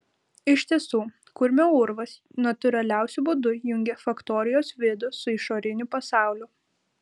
iš tiesų kurmio urvas natūraliausiu būdu jungė faktorijos vidų su išoriniu pasauliu